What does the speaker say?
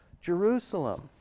Jerusalem